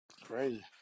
crazy